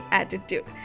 attitude